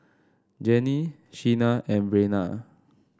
Jenni Sheena and Breanna